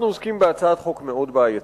אנחנו עוסקים בהצעת חוק מאוד בעייתית,